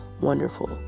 wonderful